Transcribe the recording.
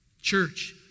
Church